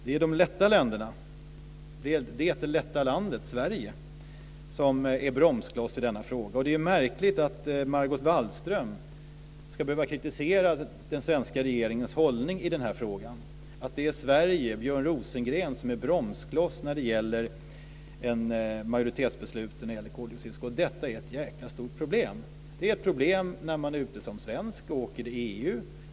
Det är de lätta länderna, det lätta landet Sverige som är bromskloss i denna fråga. Det är märkligt att Margot Wallström ska behöva kritisera den svenska regeringens hållning i den här frågan, att det är Sverige och Björn Rosengren som är bromskloss när det gäller ett majoritetsbeslut om koldioxidskatt. Detta är ett jäkla stort problem. Det är ett problem när man som svensk är ute och åker i EU.